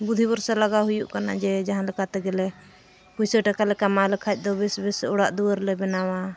ᱵᱩᱫᱷᱤ ᱵᱚᱨᱥᱟ ᱞᱟᱜᱟᱣ ᱦᱩᱭᱩᱜ ᱠᱟᱱᱟ ᱡᱮ ᱡᱟᱦᱟᱸ ᱞᱮᱠᱟ ᱛᱮᱜᱮᱞᱮ ᱯᱩᱭᱥᱟᱹ ᱴᱟᱠᱟ ᱞᱮ ᱠᱟᱢᱟᱣ ᱞᱮᱠᱷᱟᱡ ᱫᱚ ᱵᱮᱹᱥ ᱵᱮᱹᱥ ᱚᱲᱟᱜ ᱫᱩᱣᱟᱹᱨ ᱞᱮ ᱵᱮᱱᱟᱣᱟ